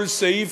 כל סעיף,